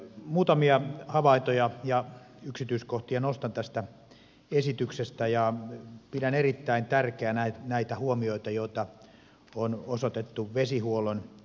muutamia havaintoja ja yksityiskohtia nostan tästä esityksestä esiin ja pidän erittäin tärkeinä näitä huomioita joita on osoitettu vesihuollon riskien hallinnasta